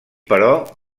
però